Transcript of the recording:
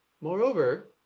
Moreover